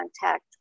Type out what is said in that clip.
contact